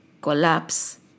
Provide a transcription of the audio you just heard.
collapse